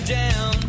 down